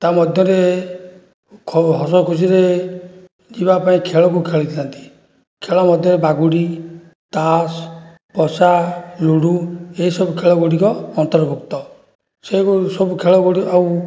ତା' ମଧ୍ୟରେ ହସଖୁସିରେ ଯିବା ପାଇଁ ଖେଳକୁ ଖେଳିଥାନ୍ତି ଖେଳ ମଧ୍ୟରେ ବାଗୁଡ଼ି ତାସ୍ ପଶା ଲୁଡୁ ଏସବୁ ଖେଳଗୁଡ଼ିକ ଅନ୍ତର୍ଭୁକ୍ତ ସେସବୁ ଖେଳଗୁଡ଼ିକ ଆଉ